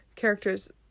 characters